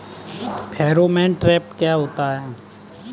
Pheromone trap क्या होता है?